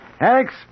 Alex